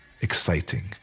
exciting